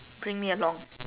bring me along